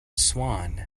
swan